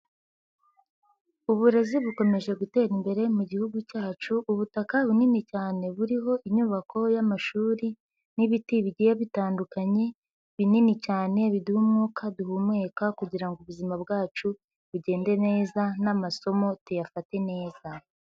Uburezi bukomeje gutera imbere mu gihugu cyacu, ubutaka bunini cyane buriho inyubako y'amashuri n'ibiti bigiye bitandukanye, binini cyane, biduha umwuka duhumeka kugira ngo ubuzima bwacu bugende neza n'amasomo tuyafate neza.